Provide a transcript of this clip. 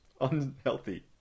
unhealthy